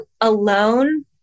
alone